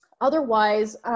Otherwise